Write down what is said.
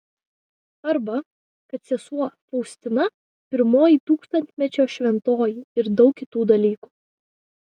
arba kad sesuo faustina pirmoji tūkstantmečio šventoji ir daug kitų dalykų